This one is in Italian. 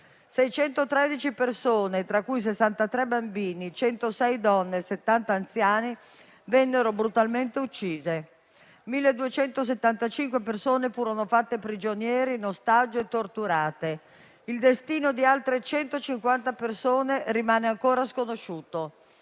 613 persone, tra cui 63 bambini, 106 donne e 70 anziani, vennero brutalmente uccise; 1.275 persone furono fatte prigioniere, tenute in ostaggio e torturate. Il destino di altre 150 persone rimane ancora sconosciuto;